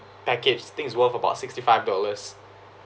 package I think it's worth about sixty five dollars